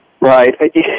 Right